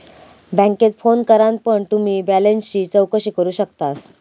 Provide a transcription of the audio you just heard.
बॅन्केत फोन करान पण तुम्ही बॅलेंसची चौकशी करू शकतास